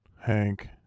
hank